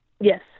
Yes